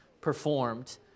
performed